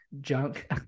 junk